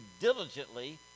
diligently